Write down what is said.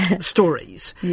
stories